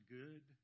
good